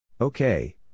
Okay